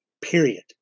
period